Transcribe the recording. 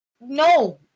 no